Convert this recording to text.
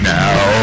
now